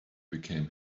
became